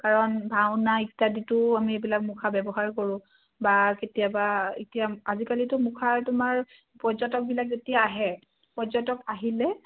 কাৰণ ভাওনা ইত্যাদিতো আমি এইবিলাক মুখা ব্যৱহাৰ কৰোঁ বা কেতিয়াবা এতিয়া আজিকালিতো মুখা তোমাৰ পৰ্যটকবিলাক যেতিয়া আহে পৰ্যটক আহিলে